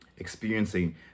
Experiencing